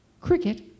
Cricket